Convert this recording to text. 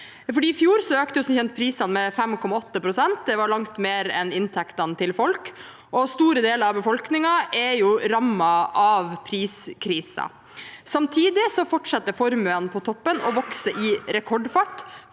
som kjent prisene med 5,8 pst. Det var langt mer enn inntektene til folk, og store deler av befolkningen er jo rammet av priskrisen. Samtidig fortsetter formuene på toppen å vokse i rekordfart.